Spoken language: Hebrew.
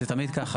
זה תמיד ככה.